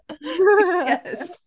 yes